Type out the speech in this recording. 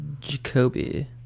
jacoby